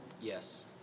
Yes